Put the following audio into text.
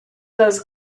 those